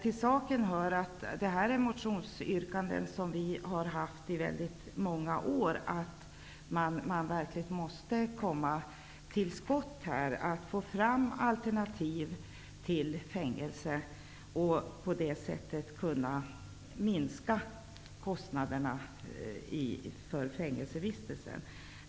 I dessa motionsyrkanden, som vi har framfört i många år, betonar vi att man verkligen måste komma till skott för att få fram alternativ till fängelse så att man på det sättet kan minska kostnaderna för fängelsevistelse.